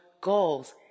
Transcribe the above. goals